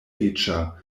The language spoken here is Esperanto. riĉa